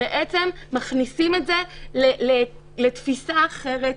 מכניסים את זה לתפיסה אחרת,